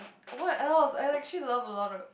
what else I actually love a lot of